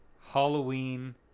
Halloween